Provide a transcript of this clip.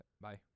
Bye